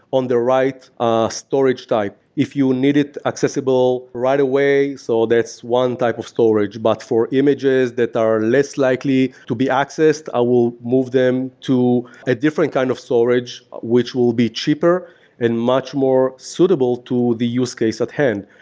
on the right ah storage storage type if you need it accessible right away. so that's one type of storage. but for images that are less likely to be accessed, i will move them to a different kind of storage which will be cheaper and much more suitable to the use case at hand.